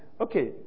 Okay